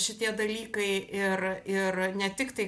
šitie dalykai ir ir ne tik tai